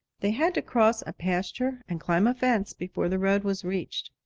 they had to cross a pasture and climb a fence before the road was reached.